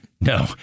No